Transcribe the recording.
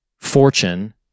fortune